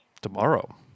tomorrow